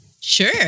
Sure